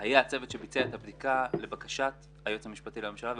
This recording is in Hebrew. היה הצוות שביצע את הבדיקה לבקשת היועץ המשפטי לממשלה ובהנחייתו.